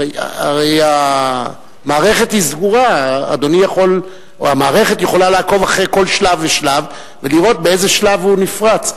הרי המערכת יכולה לעקוב אחרי כל שלב ושלב ולראות באיזה שלב הוא נפרץ.